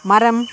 மரம்